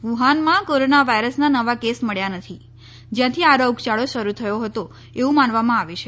વુહાનમાં corona વાયરસના નવા case મળ્યા નથી જયાંથી આ રોગયાળો શરૂ થયો હતો એવુ માનવામાં આવે છે